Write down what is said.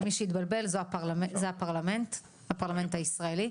למי שהתבלבל, זה הפרלמנט הישראלי.